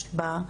שהשתמשת בה,